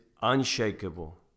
unshakable